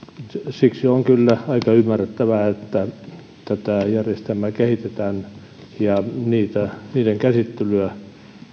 siksi on kyllä aika ymmärrettävää että tätä järjestelmää kehitetään ja niiden käsittelyä